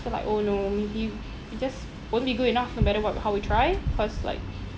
so like oh no maybe it just won't be good enough no matter what how we try cause like